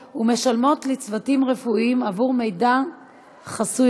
הצעת ועדת הכנסת להעביר את הצעת חוק הסדרת